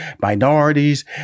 minorities